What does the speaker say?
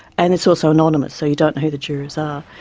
and it's also anonymous, so you don't know who the jurors are.